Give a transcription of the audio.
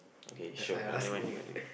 okay sure uh never mind